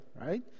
right